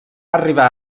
arribar